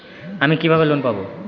আমি কিভাবে লোন পাব?